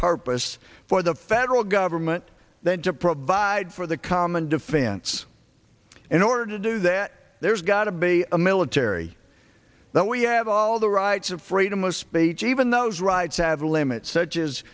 us for the federal government than to provide for the common defense in order to do that there's gotta be a military that we have all the rights and freedom of speech even those rights have a limit such as